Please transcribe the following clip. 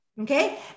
Okay